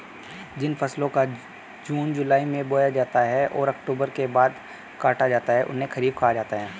जिन फसलों को जून जुलाई में बोया जाता है और अक्टूबर के बाद काटा जाता है उन्हें खरीफ कहा गया है